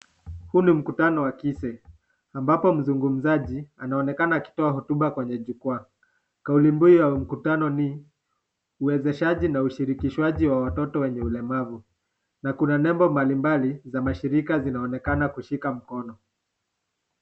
Huu ni mkutano wa Kise ambapo mzungumzaji anaonekana akitoa hotuba kwenye jukwaa. Kauli mbiu ya mkutano ni uwezeshaji na ushirikishwaji wa watoto wenye ulemavu na kuna nembo mbalimbali za mashirika zinaonekana kushika mkono.